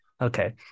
Okay